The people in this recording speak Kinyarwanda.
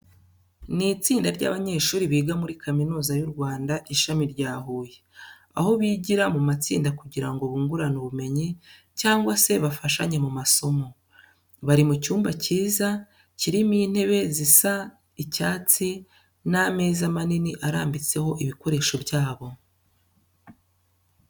Ni itsinda ry'abanyeshuri biga muri kaminuza y'u Rwanda ishami rya Huye, aho bigira mu matsinda kugira ngo bungurane ubumenyi cyangwa se bafashanye mu masomo. Bari mu cyumba cyiza, kirimo intebe zisa icyasti n'ameza manini arambitseho ibikoresho byabo.